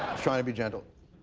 trying to be gentle.